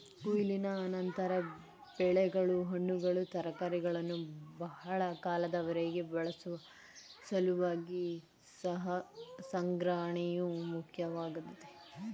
ಕೊಯ್ಲಿನ ನಂತರ ಬೆಳೆಗಳು ಹಣ್ಣುಗಳು ತರಕಾರಿಗಳನ್ನು ಬಹಳ ಕಾಲದವರೆಗೆ ಬಳಸುವ ಸಲುವಾಗಿ ಸಂಗ್ರಹಣೆಯು ಮುಖ್ಯವಾಗ್ತದೆ